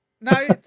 No